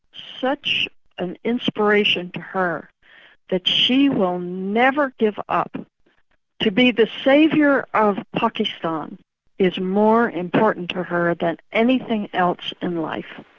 such an inspiration to her that she will never give up to be the saviour of pakistan is more important to her than anything else in life.